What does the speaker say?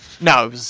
No